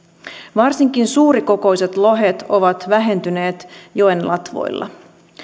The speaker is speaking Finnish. varsinkin suurikokoiset lohet ovat vähentyneet joen latvoilla